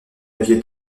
aviez